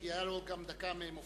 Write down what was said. כי היתה לו גם דקה ממופז.